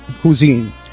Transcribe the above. cuisine